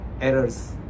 errors